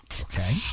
Okay